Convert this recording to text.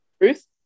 Ruth